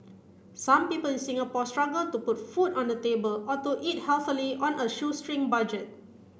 some people in Singapore struggle to put food on the table or to eat healthily on a shoestring budget